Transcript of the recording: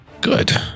Good